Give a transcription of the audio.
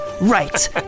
right